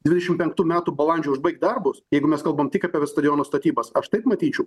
dvidešimt penktų metų balandžio užbaigt darbus jeigu mes kalbam tik apie stadiono statybas aš taip matyčiau